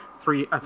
three